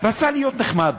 רצה להיות נחמד.